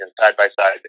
side-by-side